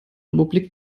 republik